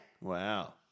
wow